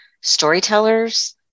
storytellers